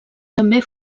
també